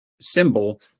symbol